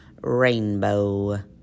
rainbow